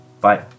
bye